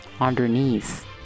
underneath